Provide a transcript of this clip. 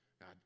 God